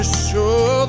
show